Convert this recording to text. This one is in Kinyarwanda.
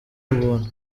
ubuntu